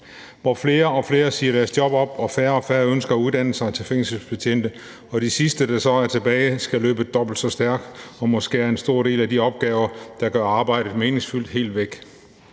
hvor flere og flere siger deres job op og færre og færre ønsker at uddanne sig til fængselsbetjent. De sidste, der er tilbage, skal så løbe dobbelt så stærkt og må skære en stor del af de opgaver, der gør arbejdet meningsfuldt, helt væk.